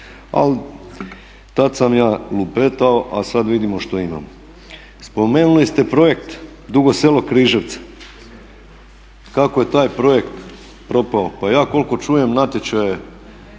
Al tad sam ja lupetao a sad vidimo što imamo. Spomenuli ste projekt Dugo Selo-Križevci, kako je taj projekt propao? Pa ja koliko čujem natječaj